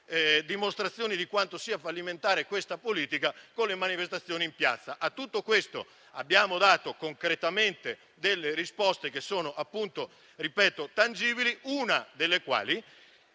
dimostrazioni di quanto sia fallimentare questa politica si hanno oggi con le manifestazioni in piazza. A tutto questo abbiamo dato concretamente delle risposte, che sono, appunto, tangibili. Una di queste